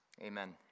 Amen